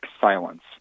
silence